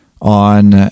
on